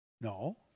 No